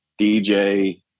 dj